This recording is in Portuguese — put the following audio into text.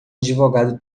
advogado